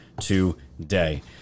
today